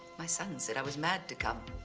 my son said i was mad to come.